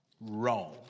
wrong